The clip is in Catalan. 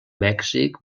mèxic